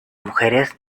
mujeres